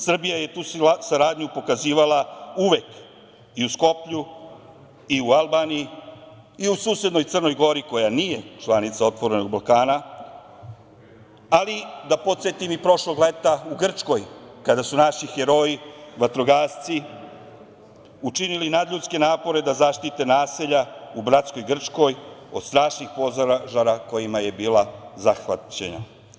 Srbija je tu saradnju pokazivala uvek i u Skoplju, i u Albaniji, i u susednoj Crnoj Gori koja nije članica „Otvorenog Balkana“, ali da podsetim i prošlog leta u Grčkoj kada su naši heroji, vatrogasci učinili nadljudske napore da zaštite naselja u bratskoj Grčkoj od strašnih požara kojima je bila zahvaćena.